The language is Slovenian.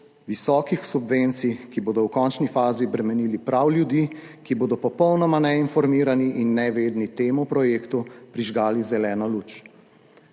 visokih subvencij, ki bodo v končni fazi bremenile prav ljudi, ki bodo popolnoma neinformirani in nevedni temu projektu prižgali zeleno luč.